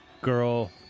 girl